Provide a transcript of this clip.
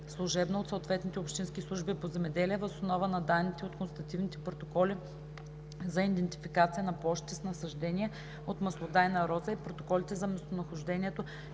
служебно от съответните общински служби по земеделие въз основа на данните от констативните протоколи за идентификация на площите с насаждения от маслодайна роза и протоколите за местонахождението